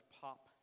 pop